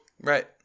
Right